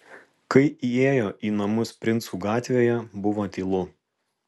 kai įėjo į namus princų gatvėje buvo tylu